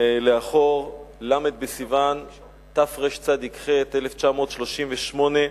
שנים לאחור, ל' בסיוון תרצ"ח, 1938,